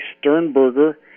Sternberger